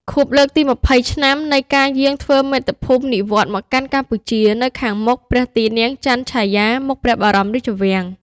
ខួបលើកទី២០ឆ្នាំ នៃការយាងធ្វើមាតុភូមិនិវត្តន៍មកកាន់កម្ពុជា នៅខាងមុខព្រះទីនាំងចន្ទឆាយា មុខព្រះបរមរាជវាំង។